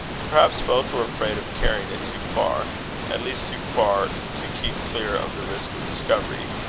perhaps both were afraid of carrying it too far at least, too far to keep clear of the risk of discovery,